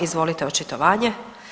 Izvolite očitovanje.